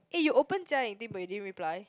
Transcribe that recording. eh you open Jia-Ying thing but you didn't reply